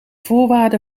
voorwaarde